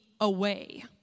away